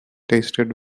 tasted